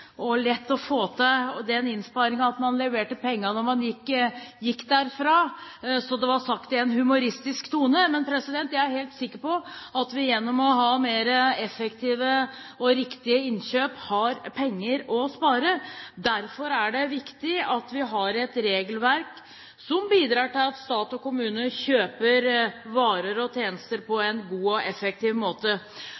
og lett å få til den innsparingen ved at man leverte pengene når man gikk derfra. Så det var sagt i en humoristisk tone, men jeg er helt sikker på at vi gjennom å ha mer effektive og riktige innkjøp har penger å spare. Derfor er det viktig at vi har et regelverk som bidrar til at stat og kommune kjøper varer og tjenester på